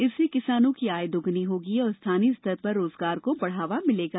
इससे किसानों की आय दोग्नी होगी और स्थानीय स्तर पर रोजगार को बढ़ावा मिलेगा